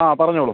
ആ പറഞ്ഞോളൂ